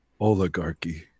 oligarchy